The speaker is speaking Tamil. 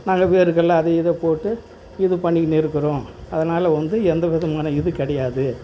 நாங்கள் வேருக்கில்ல அதை இதை போட்டு இது பண்ணிக்கின்னு இருக்கிறோம் அதனால் வந்து எந்த விதமான இது கிடையாது